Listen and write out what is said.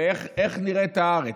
ואיך נראית הארץ,